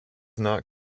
not